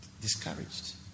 discouraged